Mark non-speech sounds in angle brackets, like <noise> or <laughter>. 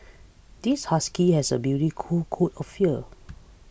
this husky has a <unintelligible> coat coat of fear